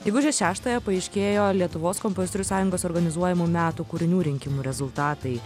gegužės šeštąją paaiškėjo lietuvos kompozitorių sąjungos organizuojamų metų kūrinių rinkimų rezultatai